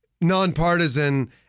nonpartisan